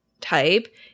type